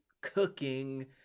Cooking